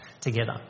together